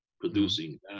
producing